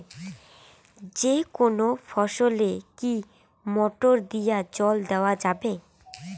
যেকোনো ফসলে কি মোটর দিয়া জল দেওয়া যাবে?